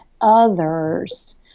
others